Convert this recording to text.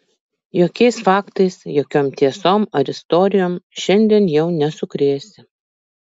jokiais faktais jokiom tiesom ar istorijom šiandien jau nesukrėsi